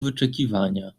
wyczekiwania